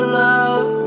love